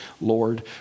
Lord